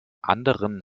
anderen